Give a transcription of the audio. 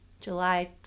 July